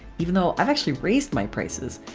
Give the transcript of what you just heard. even though i've actually raised my prices.